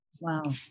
Wow